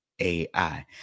AI